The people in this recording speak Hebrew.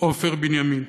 עופר בנימין,